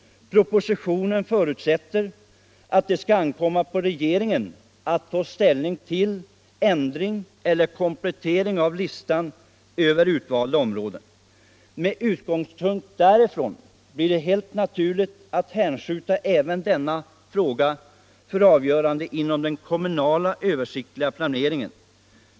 Propositionen förutsätter att det skall ankomma på regeringen att ta ställning till ändring eller komplettering av listan över utvalda områden. Med utgångspunkt däri blir det naturligt att hänskjuta även denna fråga för avgörande inom den kommunala översiktliga planeringen.